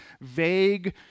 vague